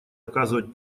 оказывать